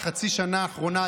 בחצי השנה האחרונה,